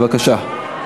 בבקשה.